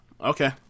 Okay